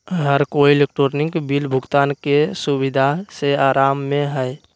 हर कोई electronic bill भुगतान के सुविधा से आराम में हई